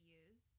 use